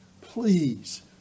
please